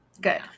Good